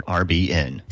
rbn